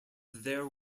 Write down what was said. there